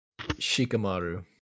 Shikamaru